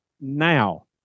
now